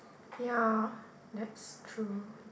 ya that's true